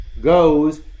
goes